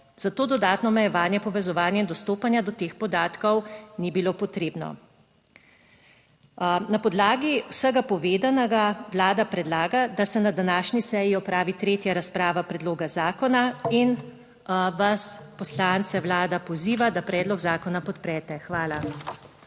Za to dodatno omejevanje povezovanja in dostopanja do teh podatkov ni bilo potrebno. Na podlagi vsega povedanega Vlada predlaga, da se na današnji seji opravi tretja razprava predloga zakona in vas poslance Vlada poziva, da predlog zakona podprete. Hvala.